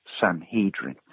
sanhedrin